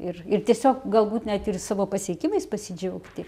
ir ir tiesiog galbūt net ir savo pasiekimais pasidžiaugti